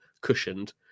cushioned